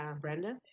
Brenda